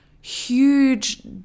huge